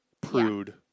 prude